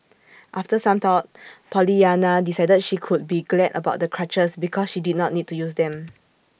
after some thought Pollyanna decided she could be glad about the crutches because she did not need to use them